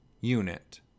unit